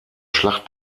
schlacht